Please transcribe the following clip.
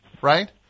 right